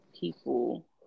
people